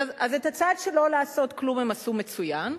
אז את הצד של לא לעשות כלום הם עשו מצוין,